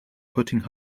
putting